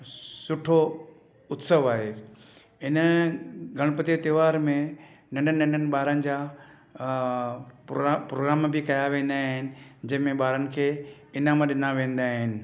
सुठो उत्सव आहे हिन गणपति जे त्योहार में नंढनि नंढनि ॿारनि जा प्रोग्राम बि कया वेंदा आहिनि जंहिं में ॿारनि खे इनाम ॾिना वेंदा आहिनि